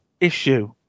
issue